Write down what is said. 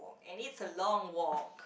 and it's a long walk